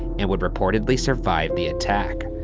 and would reportedly survive the attack.